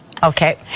Okay